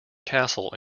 castle